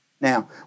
Now